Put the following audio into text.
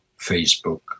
facebook